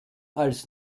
als